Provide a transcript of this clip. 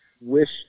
wish